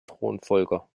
thronfolger